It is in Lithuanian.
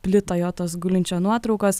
plito jo tos gulinčio nuotraukos